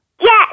Yes